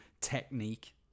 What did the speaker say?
technique